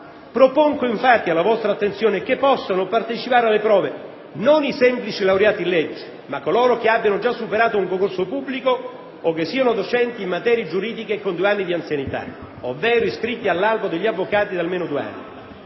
Propongo infatti alla vostra attenzione che possano partecipare alle prove non i semplici laureati in legge, ma coloro che abbiano già superato un concorso pubblico, o che siano docenti in materie giuridiche con due anni di anzianità, ovvero iscritti all'albo degli avvocati da almeno due anni;